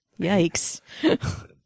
Yikes